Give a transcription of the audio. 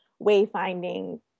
wayfinding